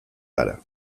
gara